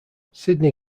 sydney